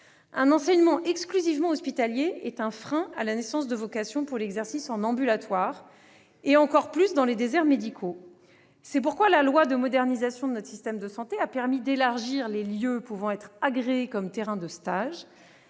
Un enseignement exclusivement hospitalier est un frein à la naissance de vocations pour l'exercice en ambulatoire, encore plus dans les déserts médicaux. Absolument ! C'est pourquoi la loi de modernisation de notre système de santé a permis d'élargir les lieux pouvant être agréés comme terrains de stage.